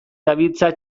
dabiltza